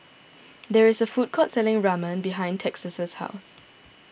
there is a food court selling Ramen behind Texas' house